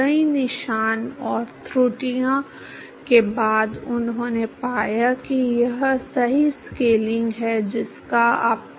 कई निशान और त्रुटियों के बाद उन्होंने पाया कि यह सही स्केलिंग है जिसका आपको उपयोग करना है